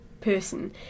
person